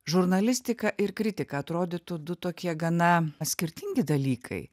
žurnalistika ir kritika atrodytų du tokie gana skirtingi dalykai